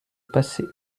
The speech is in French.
passer